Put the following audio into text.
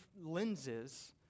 lenses